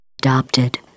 Adopted